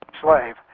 slave